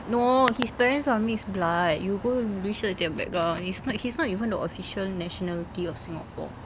no his parents are mixed blood you go research their background he's not he's not even the official nationality of singapore